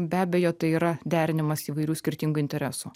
be abejo tai yra derinimas įvairių skirtingų interesų